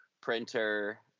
printer